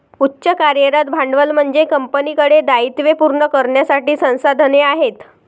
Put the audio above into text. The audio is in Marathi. उच्च कार्यरत भांडवल म्हणजे कंपनीकडे दायित्वे पूर्ण करण्यासाठी संसाधने आहेत